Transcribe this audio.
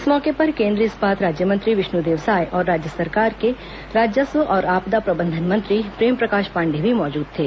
इस मौके पर केंद्रीय इस्पात राज्यमंत्री विष्णुदेव साय और राज्य सरकार के राजस्व और आपदा प्रबंधन मंत्री प्रेमप्रकाश पांडेय भी मौजूद थे